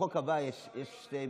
לחוק הבא יש שני מתנגדים,